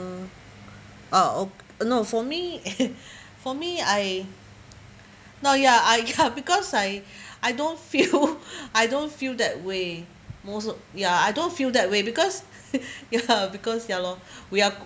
uh ah o~ no for me for me I now ya I ya because I I don't feel I don't feel that way most ya I don't feel that way because ya because ya loh we are